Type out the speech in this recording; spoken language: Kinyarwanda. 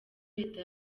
leta